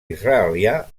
israelià